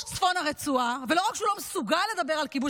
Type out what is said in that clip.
צפון הרצועה" ולא רק שהוא לא מסוגל לדבר על כיבוש